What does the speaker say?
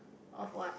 of what